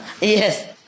yes